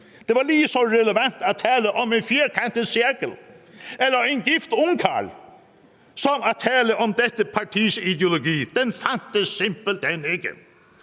Det var lige så relevant at tale om en firkantet cirkel eller en gift ungkarl som at tale om dette partis ideologi, for den fandtes simpelt hen ikke.